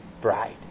bride